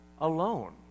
alone